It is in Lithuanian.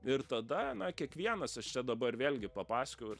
ir tada na kiekvienas aš čia dabar vėlgi papasakojau ir